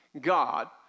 God